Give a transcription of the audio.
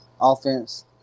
offense